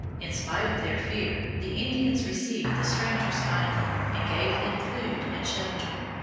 in spite of their fear, the indians received the strangers kindly, and gave them food and shelter.